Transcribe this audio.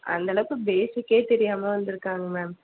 அந்த அளவுக்கு பேஸிக்கே தெரியாமல் வந்திருக்காங்க மேம்